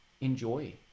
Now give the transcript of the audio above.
enjoy